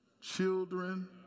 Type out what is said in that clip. Children